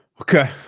Okay